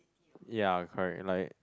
yea correct like